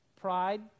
pride